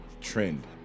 trend